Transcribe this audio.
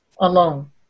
alone